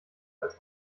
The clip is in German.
als